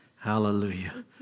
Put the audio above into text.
Hallelujah